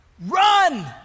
Run